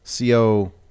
CO